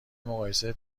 مقایسه